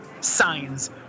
signs